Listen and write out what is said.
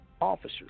officers